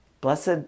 Blessed